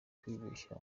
kwibeshya